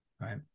Right